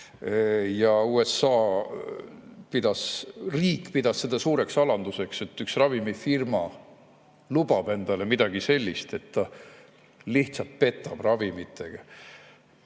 USA riik pidas seda suureks alanduseks, et üks ravimifirma lubab endale midagi sellist, et ta lihtsalt petab ravimitega.